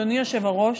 אדוני היושב-ראש.